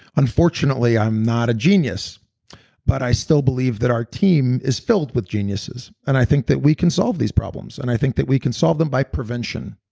unfortunately, i'm not a genius but i still believe that our team is filled with geniuses and i think that we can solve these problems and i think that we can solve them by prevention.